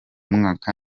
mwaka